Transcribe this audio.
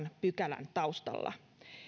pykälän taustalla